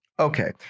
Okay